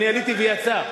אני עליתי והיא יצאה.